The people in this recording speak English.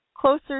closer